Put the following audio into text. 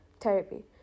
therapy